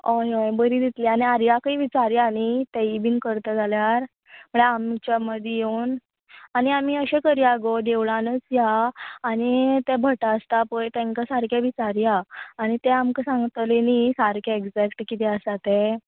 हय हय बरीं जातली आनी आर्याकय विचारया न्ही तेय बीन करता जाल्यार म्हणल्यार आमच्या मदीं येवन आनी आमी अशें करया गो देवळांनच या आनी ते भट आसता पळय तेंकां सारखें विचारया आनी ते आमकां सांगतलें न्ही सारखें ऍझेक्ट कितें आसा तें